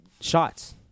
shots